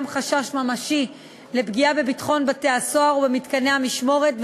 חשש ממשי לפגיעה בביטחון בתי-הסוהר ובמתקני המשמורת,